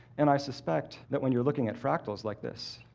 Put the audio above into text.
and i suspect that when you're looking at fractals like this,